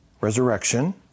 resurrection